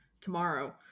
tomorrow